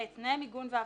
(ב) תנאי מיגון ואבטחה,